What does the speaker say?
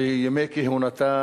בימי כהונתה